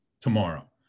tomorrow